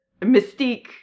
Mystique